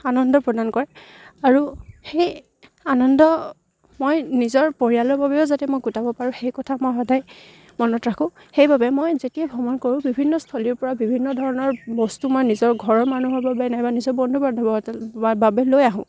আনন্দ প্ৰদান কৰে আৰু সেই আনন্দ মই নিজৰ পৰিয়ালৰ বাবেও যাতে মই গোটাব পাৰোঁ সেই কথা মই সদায় মনত ৰাখোঁ সেইবাবে মই যেতিয়া ভ্ৰমণ কৰোঁ বিভিন্ন স্থলীৰ পৰা বিভিন্ন ধৰণৰ বস্তু মই নিজৰ ঘৰৰ মানুহৰ বাবে নাইবা নিজৰ বন্ধু বান্ধৱহঁতৰ বাবে লৈ আহোঁ